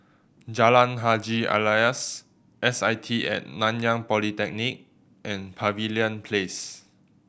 Jalan Haji Alias S I T At Nanyang Polytechnic and Pavilion Place